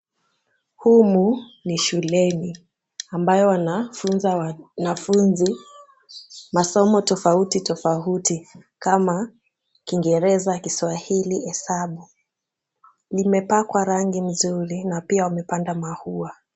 Humu ni shuleni ,ambayo wanafunza wanafunzi masomo tofauti tofauti ,kama kiingereza, kiswahili ,hesabu , limepakwa rangi mzuri na pia wamepanda maua.